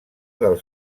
del